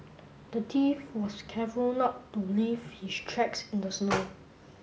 the thief was careful not to leave his tracks in the snow